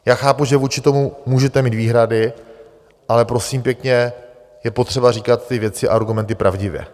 Já chápu, že vůči tomu můžete mít výhrady, ale prosím pěkně, je potřeba říkat ty věci a argumenty pravdivě.